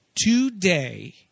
today